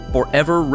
forever